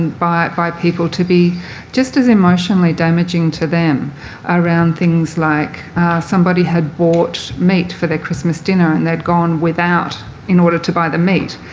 by by people to be just as emotionally damaging to them around things like somebody had bought meat for their christmas dinner. and they'd gone without in order to buy the meat.